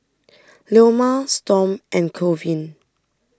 Leoma Storm and Colvin